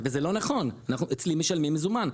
וזה לא נכון, אצלי משלמים במזומן.